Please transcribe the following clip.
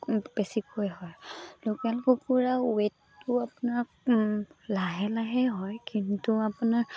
বেছিকৈ হয় লোকেল কুকুৰা ৱেইটটো আপোনাক লাহে লাহে হয় কিন্তু আপোনাৰ